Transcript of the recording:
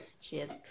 cheers